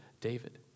David